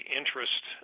interest